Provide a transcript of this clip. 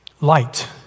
light